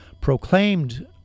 proclaimed